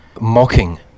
mocking